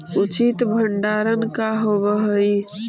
उचित भंडारण का होव हइ?